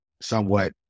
somewhat